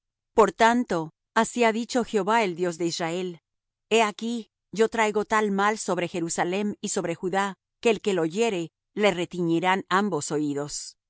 por tanto así ha dicho jehová el dios de israel he aquí yo traigo tal mal sobre jerusalem y sobre judá que el que lo oyere le retiñirán ambos oídos